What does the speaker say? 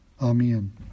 Amen